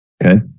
Okay